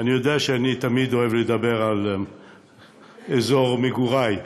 אני יודע שאני תמיד אוהב לדבר על אזור מגורי,